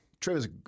Trevor's